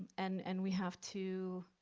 and and we have to,